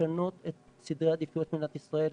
לשנות את סדרי העדיפויות במדינת ישראל,